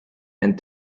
and